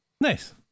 Nice